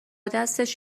دستش